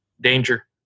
danger